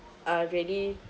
uh really